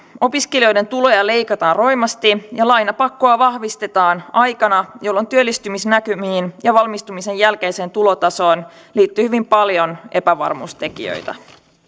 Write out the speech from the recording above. opiskelijoiden tuloja leikataan roimasti ja lainapakkoa vahvistetaan aikana jolloin työllistymisnäkymiin ja valmistumisen jälkeiseen tulotasoon liittyy hyvin paljon epävarmuustekijöitä